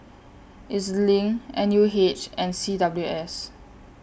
E Z LINK N U H and C W S